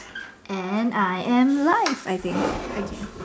and I am alive I think again